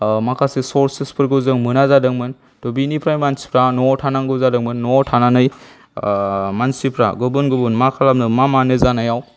माखासे सर्सेसफोरखौ जों मोना जादोंमोन त' बेनिफ्राय मानसिफोरा न'आव थानांगौ जादोंमोन न'आव थानानै मानसिफोरा गुबुन गुबुन मा खालामनो मा मानो जानायाव